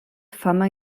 fama